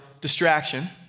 distraction